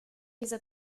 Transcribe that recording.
dieser